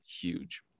huge